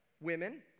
Women